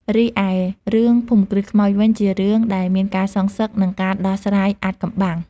រីឯរឿងភូមិគ្រឹះខ្មោចវិញ ជារឿងដែលមានការសងសឹក និងការដោះស្រាយអាថ៌កំបាំង។